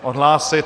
Odhlásit?